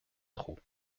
trop